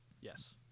Yes